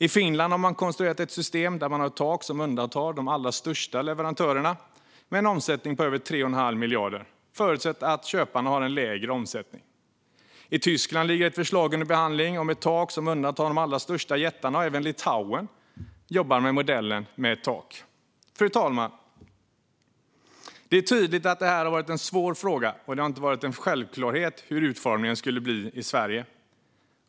I Finland har man konstruerat ett system där man har ett tak som undantar de allra största leverantörerna med en omsättning på över 3 1⁄2 miljard, förutsatt att köparen har en lägre omsättning. I Tyskland ligger ett förslag under behandling om ett tak som undantar de allra största jättarna. Även Litauen jobbar efter modellen med ett tak. Fru talman! Det är tydligt att det här har varit en svår fråga och att det inte har varit självklart hur utformningen skulle bli i Sverige.